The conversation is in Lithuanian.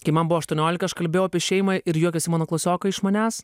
kai man buvo aštuoniolika aš kalbėjau apie šeimą ir juokėsi mano klasiokai iš manęs